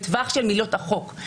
בטווח של מילות החוק.